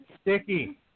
Sticky